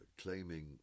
claiming